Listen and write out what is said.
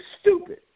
stupid